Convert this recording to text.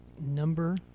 Number